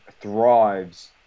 thrives